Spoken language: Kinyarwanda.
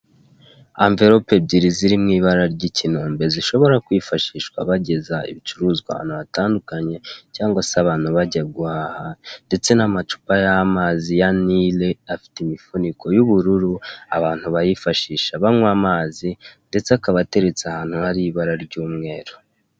Amverope ebyiri ziri mu ibara ry'ikinombe, zishobora kwifashishwa bageza ibicuruzwa ahantu hatandukanye cyangwa se abantu bajya guhaha ndetse n'amacupa y'amazi ya Nile afite imifuniko y'ubururu, abantu bayifashisha banywa amazi ndetse akaba ateretse ahantu hari ibara ry'umweru.